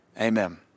Amen